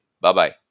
Bye-bye